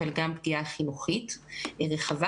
אלא גם פגיעה חינוכית רחבה.